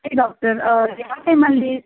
ಹೇಳಿ ಡಾಕ್ಟರ್ ಯಾವ ಟೈಮಲ್ಲಿ